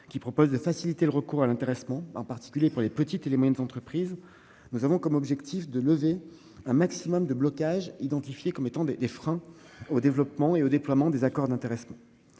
loi vise à faciliter le recours à l'intéressement, en particulier pour les petites et moyennes entreprises. Notre objectif est de lever un maximum de blocages identifiés comme étant des freins au développement et au déploiement des accords d'intéressement.